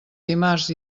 dimarts